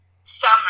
Summer